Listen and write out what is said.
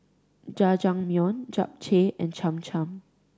Jajangmyeon Japchae and Cham Cham